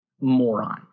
moron